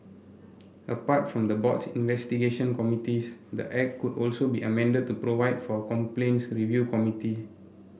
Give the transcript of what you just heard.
apart from the board's investigation committees the act could also be amended to provide for a complaints review committee